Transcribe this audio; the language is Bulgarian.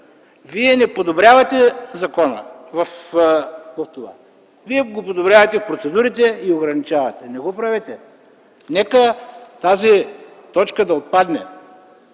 Вие не подобрявате закона в това, вие го подобрявате в процедурите и ограничавате. Не го правете! Нека тази точка да отпадне